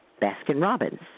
Baskin-Robbins